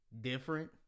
different